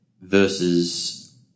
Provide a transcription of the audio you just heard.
Versus